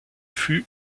fut